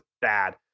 bad